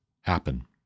happen